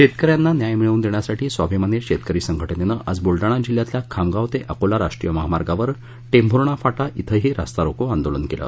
शेतकऱ्यांना न्याय मिळवून देण्यासाठी स्वाभिमानी शेतकरी संघटनेनं आज बुलडाणा जिल्ह्यातल्या खामगाव ते अकोला राष्ट्रीय महामार्गावर टेभूर्णा फाटा शिंही रास्तारोको आंदोलन केलं